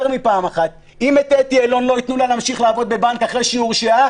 מפעם אחת: אם לאתי אלון לא יתנו לעבוד בבנק אחרי שהיא הורשעה